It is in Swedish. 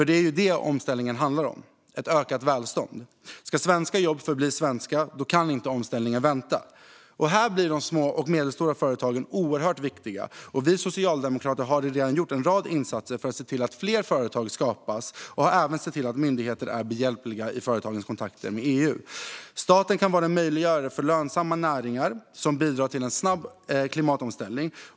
Det är ju det omställningen handlar om: ett ökat välstånd. Ska svenska jobb förbli svenska kan omställningen inte vänta. Här blir de små och medelstora företagen oerhört viktiga. Vi socialdemokrater har redan gjort en rad insatser för att se till att fler företag skapas. Vi har även sett till att myndigheter är behjälpliga i företagens kontakter med EU. Staten kan vara en möjliggörare för lönsamma näringar som bidrar till en snabb klimatomställning.